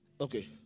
Okay